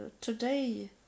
today